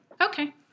Okay